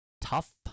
tough